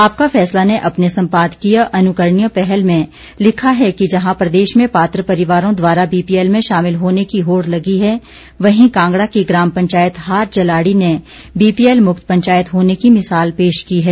आपका फैसला ने अपने सम्पादकीय अनुकरणीय पहल में लिखा है कि जहां प्रदेश में पात्र परिवारों द्वारा बीपीएल में शामिल होने की होड़ लगी है वहीं कांगड़ा की ग्राम पंचायत हार जलाड़ी ने बीपीएल मुक्त पंचायत होने की मिसाल पेश की है